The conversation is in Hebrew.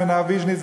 סמינר ויז'ניץ,